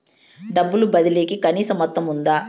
డబ్బు బదిలీ కి కనీస మొత్తం ఉందా?